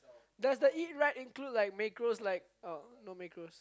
does the eat right include like macros like oh no macros